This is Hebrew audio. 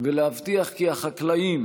ולהבטיח כי החקלאים,